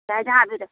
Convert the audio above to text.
चाहे जहाँ भी रख